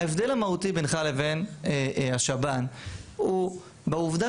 ההבדל המהותי בינך לבין השב"ן הוא בעובדה